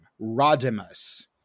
Rodimus